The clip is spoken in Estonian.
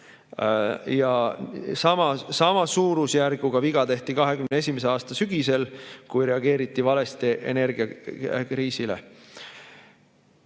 Sama suurusjärguga viga tehti 2021. aasta sügisel, kui reageeriti valesti energiakriisile.